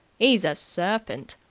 e's a serpint.